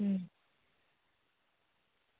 હમ